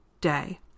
day